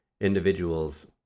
individuals